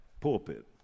pulpit